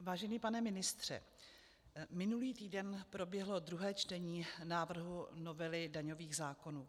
Vážený pane ministře, minulý týden proběhlo druhé čtení návrhu novely daňových zákonů.